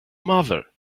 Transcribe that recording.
mother